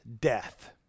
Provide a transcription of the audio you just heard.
death